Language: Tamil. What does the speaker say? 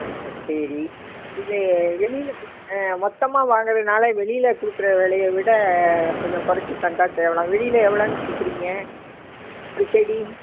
ஆ சரி இது வெளியில் ஆ மொத்தமாக வாங்கறதினால வெளியில் கொடுக்கற விலைய விட கொஞ்சம் கொறச்சு தந்தால் தேவலாம் வெளியில் எவ்வளன்னு கொடுக்குறீங்க ஒரு செடி